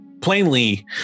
plainly